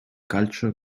calcio